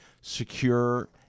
secure